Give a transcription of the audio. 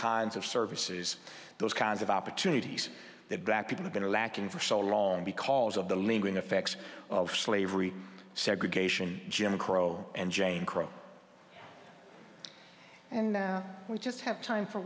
kinds of services those kinds of opportunities that black people are going to lacking for so long because of the lingering effects of slavery segregation jim crow and jane crow and now we just have time for